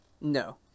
no